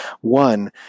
One